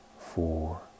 four